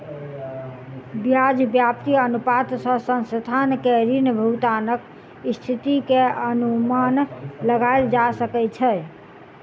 ब्याज व्याप्ति अनुपात सॅ संस्थान के ऋण भुगतानक स्थिति के अनुमान लगायल जा सकै छै